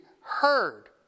heard